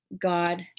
God